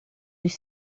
dos